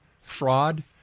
fraud